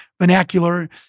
vernacular